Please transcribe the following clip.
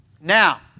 Now